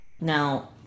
Now